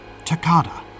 Takada